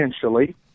potentially